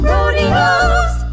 Rodeos